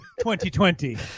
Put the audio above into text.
2020